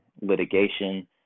litigation